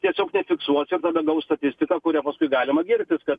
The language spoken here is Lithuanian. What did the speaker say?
tiesiog nefiksuos ir tada gaus statistiką kuria paskui galima girtis kad